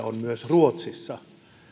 on yhtiö myös ruotsissa